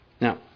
Now